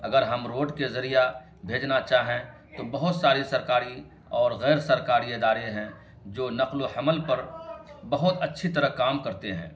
اگر ہم روڈ کے ذریعہ بھیجنا چاہیں تو بہت ساری سرکاری اور غیر سرکاری ادارے ہیں جو نقل و حمل پر بہت اچھی طرح کام کرتے ہیں